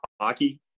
hockey